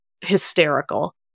hysterical